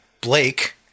Blake